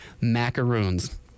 macaroons